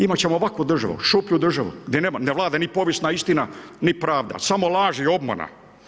Imati ćemo ovakvu državu, šuplju državu, gdje ne vlada ni povijesna istina ni pravda, samo laž i obmana.